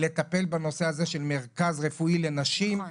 לטפל בנושא הזה של מרכז רפואי לנשים.